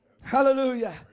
Hallelujah